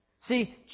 See